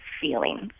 feelings